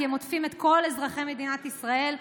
כי הם עוטפים את כל אזרחי מדינת ישראל יום-יום,